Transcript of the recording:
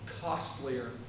costlier